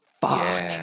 fuck